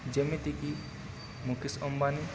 ଯେମିତିକି ମୁକେଶ ଅମ୍ବାନୀ